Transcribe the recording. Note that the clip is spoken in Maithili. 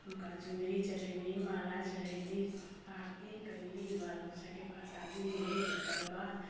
हुनका चुन्दरी चढ़ैली माला चढ़ैली आरती कैली बाल बच्चाके प्रसादी देली तकर बाद